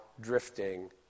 drifting